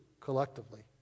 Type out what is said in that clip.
collectively